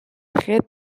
traite